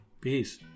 Peace